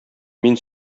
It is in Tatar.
мин